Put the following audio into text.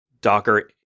Docker